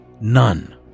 None